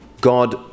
God